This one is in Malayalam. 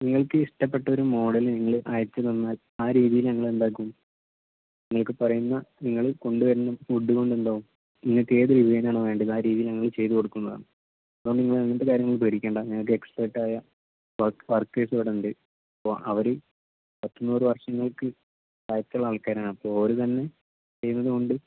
നിങ്ങൾക്ക് ഇഷ്ടപ്പെട്ട ഒരു മോഡൽ നിങ്ങൾ അയച്ച് തന്നാൽ ആ രീതിയിൽ ഞങ്ങൾ എന്താക്കും നിങ്ങൾക്ക് പറയുന്ന നിങ്ങൾ കൊണ്ട് വരുന്ന വുഡ് കൊണ്ട് എന്താകും നിങ്ങൾക്ക് ഏത് ഡിസൈൻ ആണോ വേണ്ടത് ആ രീതിയിൽ ഞങ്ങൾ ചെയ്ത് കൊടുക്കുന്നതാണ് അപ്പം നിങ്ങൾ അങ്ങനത്തെ കാര്യങ്ങൾ പേടിക്കേണ്ട നിങ്ങൾക്ക് എക്സ്പേർട്ട് ആയ വർക്ക് വർക്കേഴ്സ് ഇവിടെ ഉണ്ട് അപ്പോൾ അവർ പത്ത് നൂറ് വർഷങ്ങൾക്ക് ആയിട്ടുള്ള ആൾക്കാരാണ് അപ്പോൾ അവർ തന്നെ ചെയ്യുന്നത് കൊണ്ട്